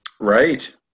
Right